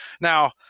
Now